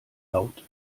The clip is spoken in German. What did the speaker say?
laut